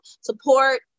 support